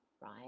right